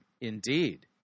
indeed